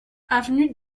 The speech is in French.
avenue